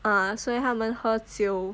ah 所以他们喝酒